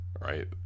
right